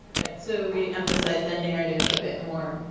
right. so we emphasized the narrative a bit more.